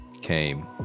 came